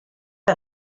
que